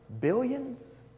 billions